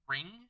Ring